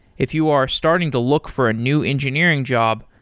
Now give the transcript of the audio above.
if you are starting to look for a new engineering job,